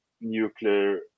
nuclear